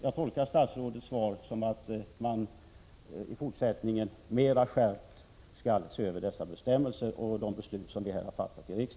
Jag tolkar statsrådets svar som att man i fortsättningen mera skärpt skall se över dessa bestämmelser och beakta den mening riksdagen har i denna fråga.